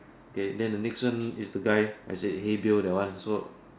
okay then the next one is the guy I say hey Bill that one so